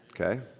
Okay